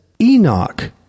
Enoch